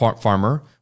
farmer